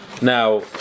Now